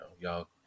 y'all